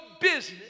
business